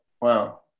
Wow